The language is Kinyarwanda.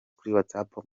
whatsapp